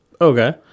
Okay